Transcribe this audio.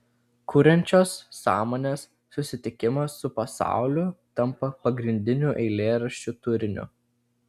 kuriančios sąmonės susitikimas su pasauliu tampa pagrindiniu eilėraščių turiniu